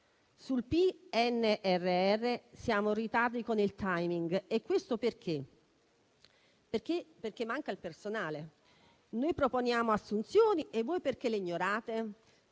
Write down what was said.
Sul PNRR siamo in ritardo con il *timing* perché manca il personale. Noi proponiamo assunzioni e voi le ignorate